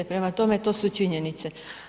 Prema tome to su činjenice.